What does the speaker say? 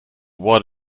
what